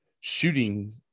shooting